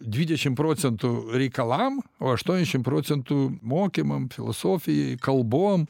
dvidešim procentų reikalam o aštuoniasdešim procentų mokymam filosofijai kalbom